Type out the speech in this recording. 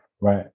right